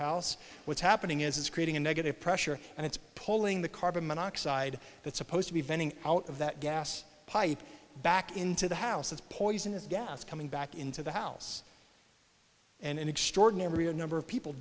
house what's happening is it's creating a negative pressure and it's pulling the carbon monoxide that supposed to be venting out of that gas pipe back into the house is poisonous gas coming back into the house and an extraordinary number of people